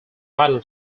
vital